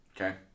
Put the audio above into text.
Okay